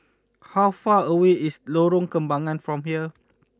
how far away is Lorong Kembagan from here